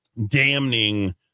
damning